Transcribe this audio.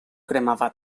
cremava